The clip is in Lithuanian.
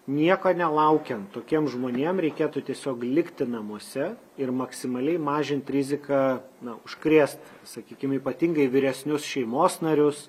nieko nelaukiant tokiem žmonėm reikėtų tiesiog likti namuose ir maksimaliai mažint riziką na užkrėst sakykim ypatingai vyresnius šeimos narius